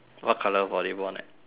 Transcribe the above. what colour volleyball net